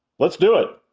let's do it.